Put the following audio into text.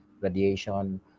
radiation